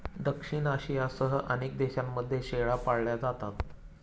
दक्षिण आशियासह अनेक देशांमध्ये शेळ्या पाळल्या जातात